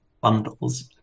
bundles